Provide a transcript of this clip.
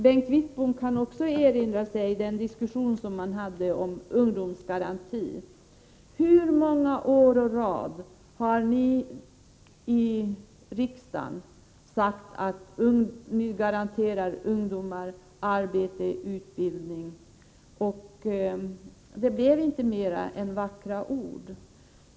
Bengt Wittbom kan också erinra sig diskussionerna om ungdomsgaranti. Hur många år i rad har ni i riksdagen sagt att ni garanterar ungdomar arbete eller utbildning? Det blev ju inte mer än vackra ord.